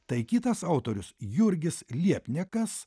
tai kitas autorius jurgis liepniekas